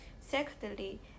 Secondly